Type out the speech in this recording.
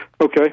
Okay